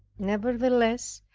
nevertheless,